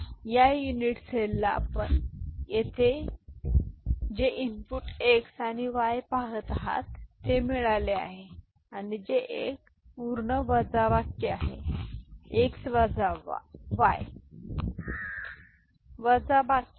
आणि म्हणूनच म्हणून या युनिट सेलला आपण येथे जे इनपुट x आणि y पाहत आहात ते मिळाले आहे आणि हे एक पूर्ण वजाबाकी आहे x वजा y पूर्ण वजाबाकी ठीक आहे